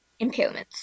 impairments